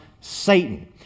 Satan